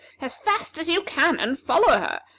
as fast as you can, and follow her,